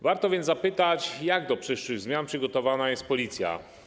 Warto więc zapytać, jak do przyszłych zmian przygotowana jest Policja.